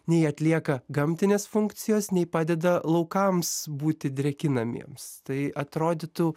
nei atlieka gamtinės funkcijos nei padeda laukams būti drėkinamiems tai atrodytų